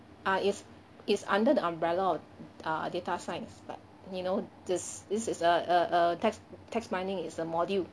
uh is is under the umbrella of uh data science but you know this this is a a text text mining is a module